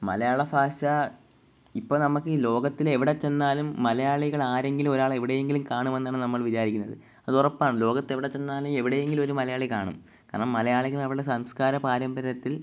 മലയാള ഭാഷ ഇപ്പോൾ നമുക്കീ ലോകത്തിലെവിടെ ചെന്നാലും മലയാളികളാരെങ്കിലും ഒരാൾ എവിടെയെങ്കിലും കാണുമെന്നാണ് നമ്മൾ വിചാരിക്കുന്നത് അതുറപ്പാണ് ലോകത്തെവിടെ ചെന്നാലും എവിടെയെങ്കിലും ഒരു മലയാളി കാണും കാരണം മലയാളികൾ അവരുടെ സംസ്കാര പാരമ്പര്യത്തിൽ